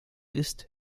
ist